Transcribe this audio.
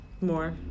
More